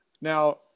now